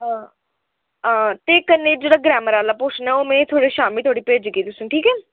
हां ते कन्नै जेह्ड़ा ग्रैमर आह्ला पोर्शन ऐ ओह् में थोह्ड़ा शामीं धोड़ी भेजगी तुसें ई ठीक ऐ